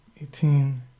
eighteen